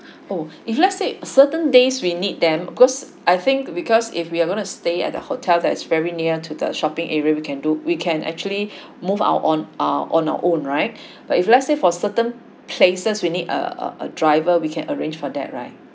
oh if let's say certain days we need them cause I think because if we are gonna stay at the hotel that is very near to the shopping area we can do we can actually move out on uh on our own right but if let's say for certain places we need err a a driver we can arrange for that right